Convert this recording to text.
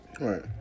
Right